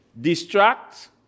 Distract